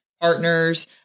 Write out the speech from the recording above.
partners